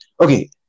okay